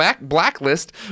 Blacklist